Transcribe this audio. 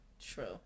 true